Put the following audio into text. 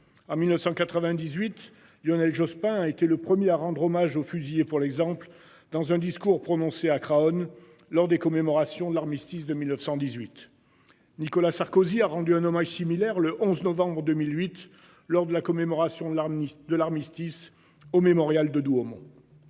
En 1998, Lionel Jospin a été le 1er à rendre hommage aux fusillés pour l'exemple. Dans un discours prononcé à Crown lors des commémorations de l'armistice de 1918. Nicolas Sarkozy a rendu un hommage similaire le 11 novembre 2008 lors de la commémoration de l'armistice de l'Armistice au mémorial de Douaumont.